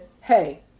hey